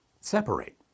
separate